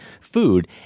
food